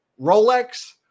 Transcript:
Rolex